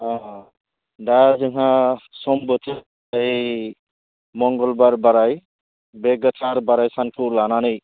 अ दा जोंहा समबो बोथोर ओइ मंगलबार बाराय बे गोथार बाराय सानखौ लानानै